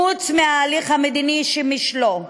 חוץ מההליך המדיני שמשלו,